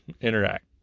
interact